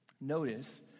Notice